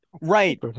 Right